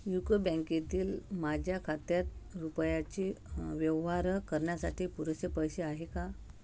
UCO बँकेतील माझ्या खात्यात रुपयाचे व्यवहार करण्यासाठी पुररेसे पैसे आहे का